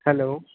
hello